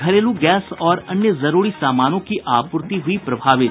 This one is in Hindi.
घरेलू गैस और अन्य जरूरी सामानों की आपूर्ति हुई प्रभावित